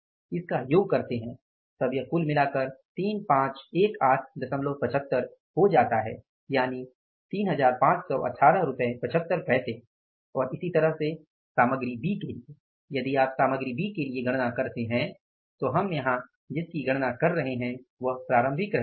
इसका योग करते हैं तब यह कुल मिलाकर 351875 हो जाता है और इसी तरह से सामग्री बी के लिए यदि आप सामग्री बी के लिए गणना करते हैं तो हम यहां जिसकी गणना कर रहे हैं वह प्रारंभिक रहतिया है